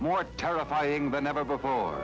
more terrifying than ever before